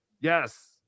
Yes